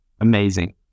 amazing